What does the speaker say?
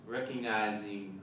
recognizing